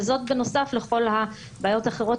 וזאת בנוסף לכל הבעיות האחרות,